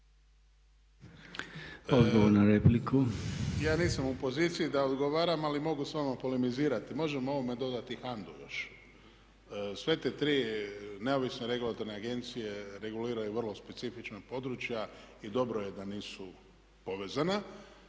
Odgovor na repliku.